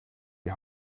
die